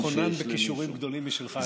השר אקוניס חונן בכישורים גדולים משלך.